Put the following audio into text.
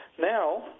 Now